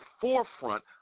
forefront